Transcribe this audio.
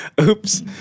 Oops